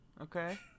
okay